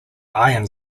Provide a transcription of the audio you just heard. iron